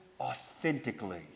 authentically